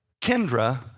Kendra